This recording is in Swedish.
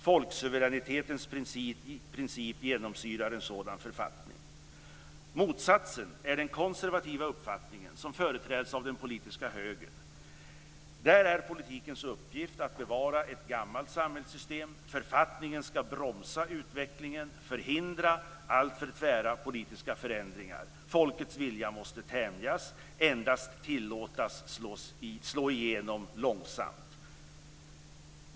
Folksuveränitetens princip genomsyrar en sådan författning. Motsatsen är den konservativa uppfattningen, som företräds av den politiska högern. Där är politikens uppgift att bevara ett gammalt samhällssystem. Författningen ska bromsa utvecklingen och förhindra alltför tvära politiska förändringar. Folkets vilja måste tämjas och endast tillåtas slå igenom långsamt.